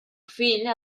fill